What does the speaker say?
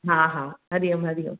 हा हा हरिओम हरिओम